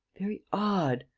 very odd,